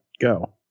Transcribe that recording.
go